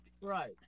Right